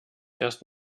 erst